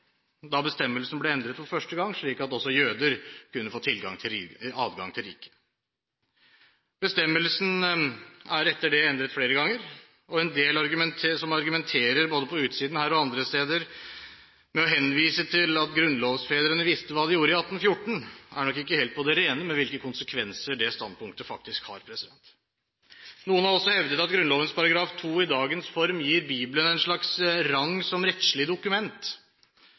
da bestemmelsen ble endret for første gang, slik at også jøder kunne få adgang til riket. Bestemmelsen er etter det blitt endret flere ganger, og en del som argumenterer med – både på utsiden her og andre steder – å henvise til at grunnlovsfedrene visste hva de gjorde i 1814, er nok ikke helt på det rene med hvilke konsekvenser det standpunktet faktisk har. Noen har også hevdet at Grunnlovens § 2 i dagens form gir Bibelen en slags rang som rettslig dokument.